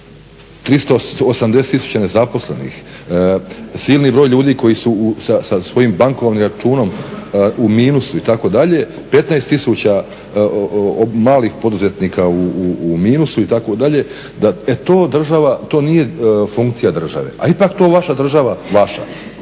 380 000 nezaposlenih, silni broj ljudi koji su sa svojim bankovnim računom u minusu itd. 15000 malih poduzetnika u minusu itd. E to država, to nije funkcija države, a ipak to vaša država, vaša,